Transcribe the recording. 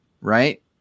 right